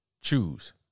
choose